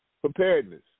preparedness